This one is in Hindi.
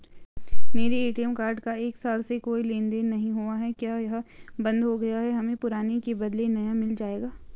मेरा ए.टी.एम कार्ड का एक साल से कोई लेन देन नहीं हुआ है क्या यह बन्द हो गया होगा हमें पुराने के बदलें नया मिल जाएगा?